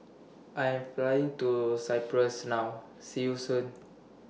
I Am Flying to Cyprus now See YOU Soon